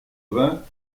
vingts